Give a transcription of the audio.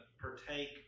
partake